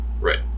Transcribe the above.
Right